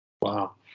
Wow